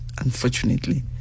unfortunately